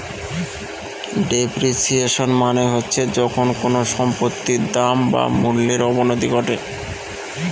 depreciation মানে হচ্ছে যখন কোনো সম্পত্তির দাম বা মূল্যর অবনতি ঘটে